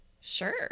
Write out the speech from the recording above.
Sure